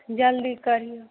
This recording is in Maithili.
जल्दी कहियौ